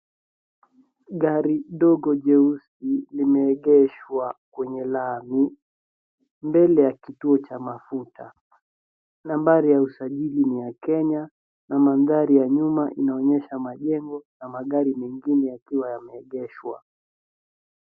Gari dogo jeusi limeegeshwa kwenye lami mbele ya kituo cha mafuta. Nambari ya usajili ni ya Kenya na mandhari ya nyuma inaonyesha majengo na magari mengine yakiwa yameegeshwa.